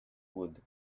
wood